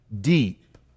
deep